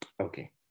Okay